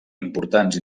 importants